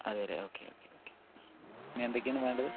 അതെ അല്ലേ okay okay okay ഇനി എന്തൊക്കെയാണ് വേണ്ടത്